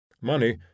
Money